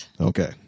Okay